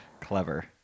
Clever